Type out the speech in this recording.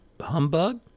humbug